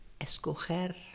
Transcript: Escoger